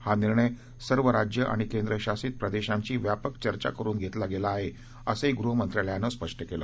हा निर्णय सर्व राज्य आणि केंद्रशासित प्रदेशांशी व्यापक चर्चा करून घेतला गेला आहे असंही गृह मंत्रालयानं स्पष्ट केलं